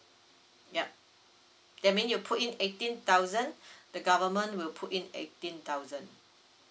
yup that mean you put in eighteen thousand the government will put in eighteen thousand